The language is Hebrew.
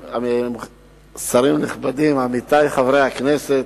שרים נכבדים, עמיתי חברי הכנסת,